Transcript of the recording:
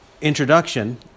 introduction